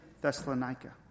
Thessalonica